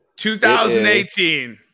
2018